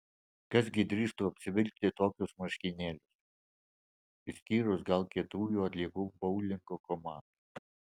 kas gi drįstų apsivilkti tokius marškinėlius išskyrus gal kietųjų atliekų boulingo komandą